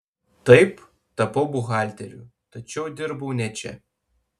taip tapau buhalteriu tačiau dirbau ne čia